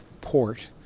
port